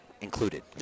included